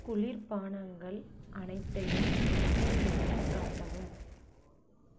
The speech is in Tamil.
குளிர்பானங்கள் அனைத்தையும் பட்டியலிட்டுக் காட்டவும்